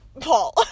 Paul